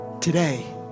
today